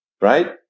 right